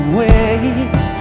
wait